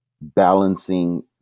balancing